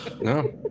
No